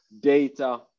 data